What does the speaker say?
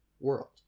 world